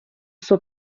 suo